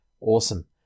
Awesome